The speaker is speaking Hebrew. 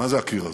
מה זה הקיר הזה,